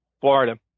Florida